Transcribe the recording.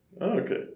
Okay